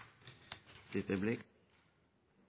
dette blir